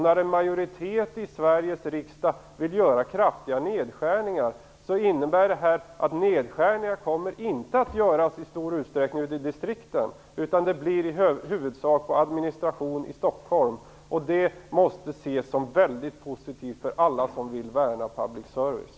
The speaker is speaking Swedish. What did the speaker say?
När en majoritet i Sveriges riksdag vill göra kraftiga nedskärningar innebär det inte att nedskärningarna kommer att göras i distrikten i någon större utsträckning, utan det blir i huvudsak inom administrationen i Stockholm. Det måste ses som någonting väldigt positivt av alla som vill värna public service.